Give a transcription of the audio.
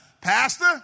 Pastor